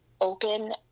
open